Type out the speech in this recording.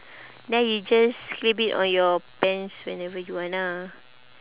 then you just clip it on your pants whenever you want ah